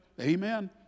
Amen